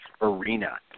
arena